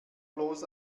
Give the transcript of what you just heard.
bloß